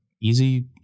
easy